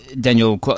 Daniel